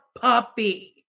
puppy